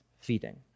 feeding